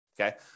okay